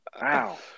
Wow